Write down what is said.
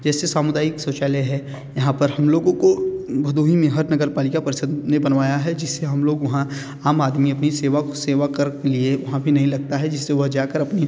जैसे समुदायक शौचालय है यहाँ पर हम लोगों को भदोही में हर नगर पालिका परिषद ने बनवाया है जिससे हम लोग वहाँ आम आदमी अपनी सेव सेवा कर के लिए वहाँ भी नहीं लगता है जिससे वह जा कर अपने